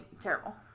terrible